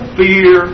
fear